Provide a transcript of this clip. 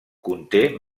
conté